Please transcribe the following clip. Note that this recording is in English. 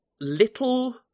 little